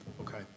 Okay